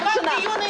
במקום דיון ענייני.